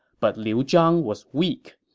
but liu zhang was weak.